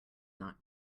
not